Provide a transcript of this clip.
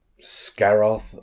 Scaroth